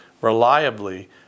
reliably